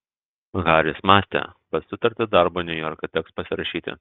haris mąstė kad sutartį darbui niujorke teks pasirašyti